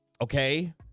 Okay